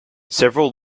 several